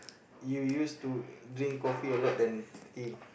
you used to drink coffee a lot than tea